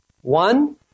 One